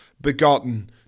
begotten